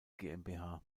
gmbh